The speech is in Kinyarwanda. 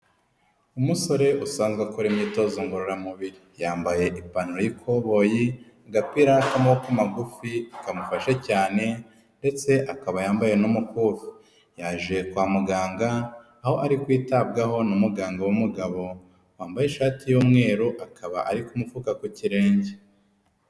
Umusore usanzwe akora imyitozo ngororamubiri, yambaye ipantaro y'ikoboyi, agapira k'amaboko magufi kamufashe cyane ndetse akaba yambaye n'umukufi, yaje kwa muganga aho ari kwitabwaho n'umuganga w'umugabo wambaye ishati y'umweru akaba ari kumupfuka ku kirenge.